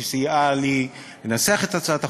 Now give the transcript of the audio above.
שסייעה לי לנסח את הצעת החוק,